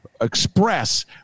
express